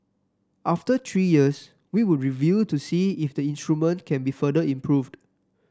after three years we would review to see if the instrument can be further improved